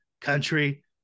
country